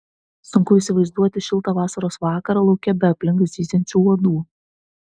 sunku įsivaizduoti šiltą vasaros vakarą lauke be aplink zyziančių uodų